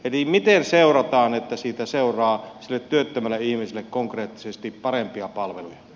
eli miten seurataan että siitä seuraa sille työttömälle ihmiselle konkreettisesti parempia palveluja